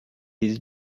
his